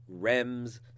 rems